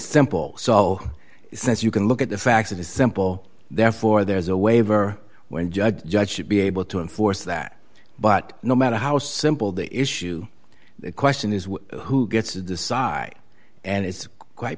simple so sense you can look at the facts of the simple therefore there's a waiver when judge judge should be able to enforce that but no matter how simple the issue the question is who gets to decide and it's quite